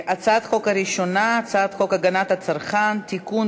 הצעת החוק הראשונה: הצעת חוק הגנת הצרכן (תיקון,